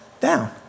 down